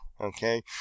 Okay